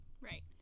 right